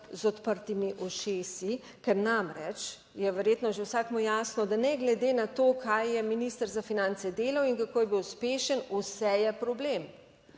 z odprtimi ušesi, ker namreč je verjetno že vsakemu jasno, da ne glede na to kaj je minister za finance delal in kako je bil uspešen, vse je problem.